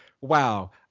Wow